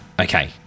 Okay